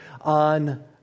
on